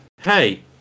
Hey